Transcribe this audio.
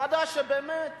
ועדה שבאמת